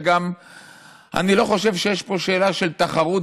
ואני גם לא חושב שיש פה שאלה של תחרות